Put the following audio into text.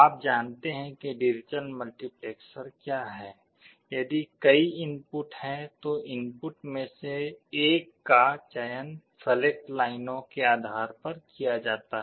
आप जानते हैं कि डिजिटल मल्टीप्लेक्सर क्या है यदि कई इनपुट हैं तो इनपुट में से एक का चयन सलेक्ट लाइनों के आधार पर किया जाता है